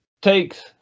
takes